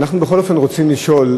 אנחנו בכל אופן רוצים לשאול: